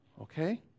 Okay